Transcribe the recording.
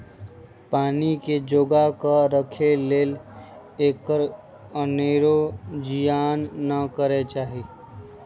पानी के जोगा कऽ राखे लेल एकर अनेरो जियान न करे चाहि